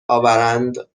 آورند